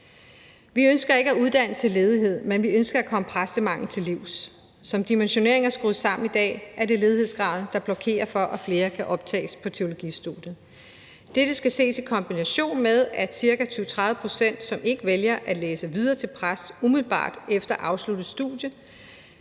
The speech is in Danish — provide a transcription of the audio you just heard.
Vi ønsker ikke at uddanne til ledighed, men vi ønsker at komme præstemanglen til livs. Som dimensioneringen er skruet sammen i dag, er det ledighedsgraden, der blokerer for, at flere kan optages på teologistudiet. Dette skal ses i kombination med, at ca. 20-30 pct. ikke vælger at læse videre til præst umiddelbart efter at have afsluttet studiet,